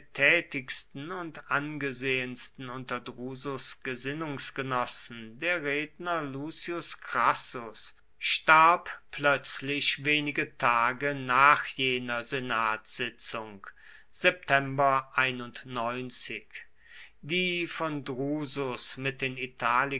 tätigsten und angesehensten unter drusus gesinnungsgenossen der redner lucius crassus starb plötzlich wenige tage nach jener senatssitzung die von drusus mit den